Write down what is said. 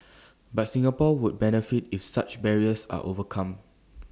but Singapore would benefit if such barriers are overcome